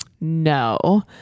No